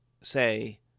say